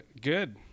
Good